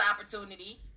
opportunity